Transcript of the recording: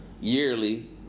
Yearly